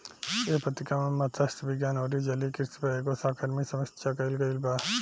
एह पत्रिका में मतस्य विज्ञान अउरी जलीय कृषि पर एगो सहकर्मी समीक्षा कईल गईल बा